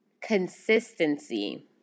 consistency